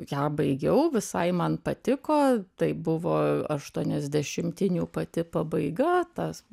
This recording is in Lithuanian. ją baigiau visai man patiko tai buvo aštuoniasdešimtinių pati pabaiga tas